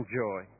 joy